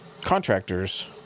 contractors